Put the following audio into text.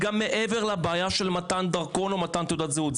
גם מעבר לבעיה של מתן דרכון או מתן תעודת זהות.